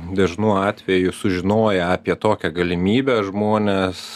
dažnu atveju sužinoję apie tokią galimybę žmonės